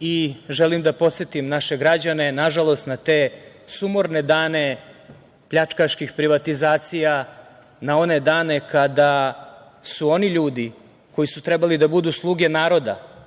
i želim da podsetim naše građane nažalost na te sumorne dane pljačkaških privatizacija, na one kada su oni ljudi koji su trebali da bude sluge naroda,